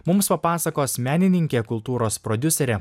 mums papasakos menininkė kultūros prodiuserė